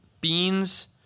Beans